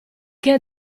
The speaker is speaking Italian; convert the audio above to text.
che